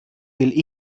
will